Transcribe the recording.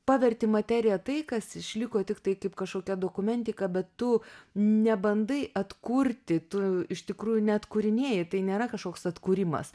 paverti materija tai kas išliko tiktai kaip kažkokia dokumentika bet tu nebandai atkurti tu iš tikrųjų neatkūrinėji tai nėra kažkoks atkūrimas